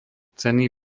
cenný